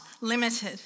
limited